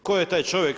Tko je taj čovjek?